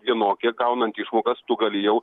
vienokia gaunant išmokas tu gali jau